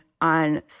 on –